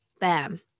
bam